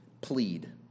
plead